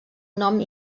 nom